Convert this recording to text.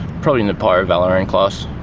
probably in the pyrovalerone class.